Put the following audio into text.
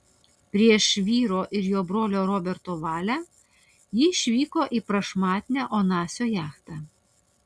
prieš vyro ir jo brolio roberto valią ji išvyko į prašmatnią onasio jachtą